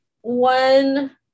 one